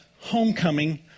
homecoming